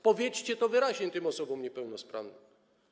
Powiedzcie to wyraźnie tym osobom niepełnosprawnym.